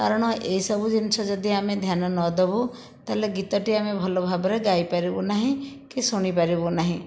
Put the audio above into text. କାରଣ ଏ ସବୁ ଜିନିଷ ଯଦି ଆମେ ଧ୍ୟାନ ନଦେବୁ ତାହେଲେ ଗୀତଟି ଆମେ ଭଲ ଭାବରେ ଗାଇପାରିବୁ ନାହିଁ କି ଶୁଣିପାରିବୁ ନାହିଁ